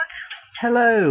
Hello